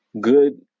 good